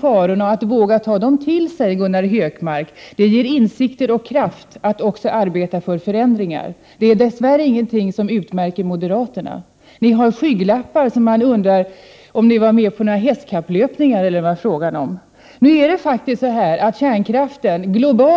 farorna och att så att säga våga ta dem till sig, Gunnar Hökmark, ger insikter och kraft att också arbeta för förändringar. Det är dess värre inte någonting som utmärker moderaterna. Ni har skygglappar, så att man undrar om ni tror er vara med på hästkapplöpningar eller vad det nu kan vara fråga om.